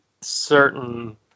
certain